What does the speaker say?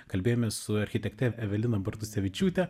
kalbėjome su architekte evelina bartusevičiūtė